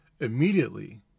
Immediately